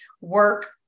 work